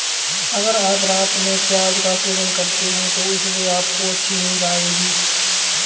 अगर आप रात में प्याज का सेवन करते हैं तो इससे आपको अच्छी नींद आएगी